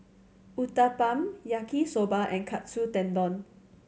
Uthapam Yaki Soba and Katsu Tendon